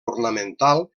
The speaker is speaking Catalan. ornamental